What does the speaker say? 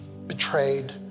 betrayed